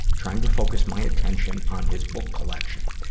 trying to focus my attention on his book collection.